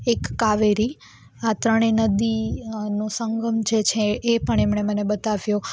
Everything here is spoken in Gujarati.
એક કાવેરી આ ત્રણેય નદી નો સંગમ જે છે એ પણ એમણે મને બતાવ્યો